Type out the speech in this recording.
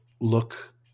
look